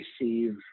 receive